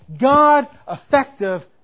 God-effective